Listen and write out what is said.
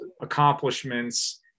accomplishments